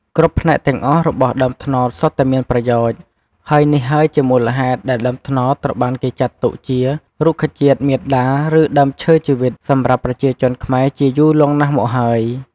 គ្រប់ផ្នែកទាំងអស់របស់ដើមត្នោតសុទ្ធតែមានប្រយោជន៍ ហើយនេះហើយជាមូលហេតុដែលដើមត្នោតត្រូវបានគេចាត់ទុកជា រុក្ខជាតិមាតា ឬដើមឈើជីវិត សម្រាប់ប្រជាជនខ្មែរជាយូរលង់ណាស់មកហើយ។